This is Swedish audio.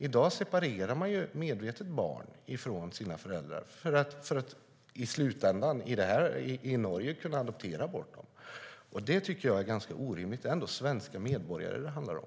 I dag separerar man medvetet barn från sina föräldrar för att i slutändan - i Norge - kunna adoptera bort dem. Jag tycker att detta är orimligt. Det är ändå svenska medborgare det handlar om.